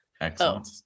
Excellent